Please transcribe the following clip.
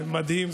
זה מדהים,